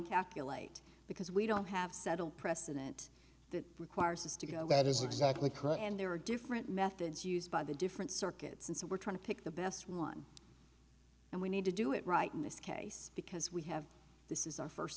calculate because we don't have set a precedent that requires us to go that is exactly correct and there are different methods used by the different circuits and so we're trying to pick the best one and we need to do it right in this case because we have this is our first